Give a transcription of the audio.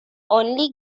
only